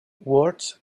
words